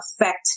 affect